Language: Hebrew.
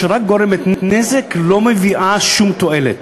שרק גורמת נזק ולא מביאה שום תועלת.